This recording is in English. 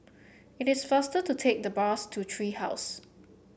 it is faster to take the bus to Tree House